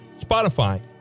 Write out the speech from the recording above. Spotify